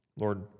Lord